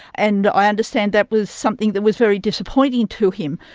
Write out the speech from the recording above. and i understand that was something that was very disappointing to him.